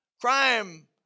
Crime